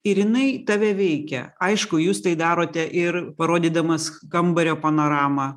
ir jinai tave veikia aišku jūs tai darote ir parodydamas kambario panoramą